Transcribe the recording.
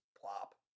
plop